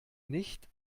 nicht